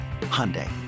Hyundai